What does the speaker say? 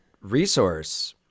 resource